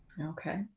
okay